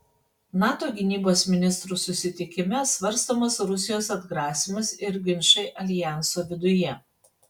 nato gynybos ministrų susitikime svarstomas rusijos atgrasymas ir ginčai aljanso viduje